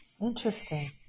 Interesting